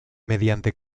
mediante